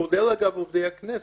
כולל אגב עובדי הכנסת,